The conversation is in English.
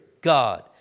God